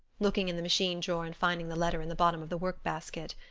looking in the machine drawer and finding the letter in the bottom of the workbasket.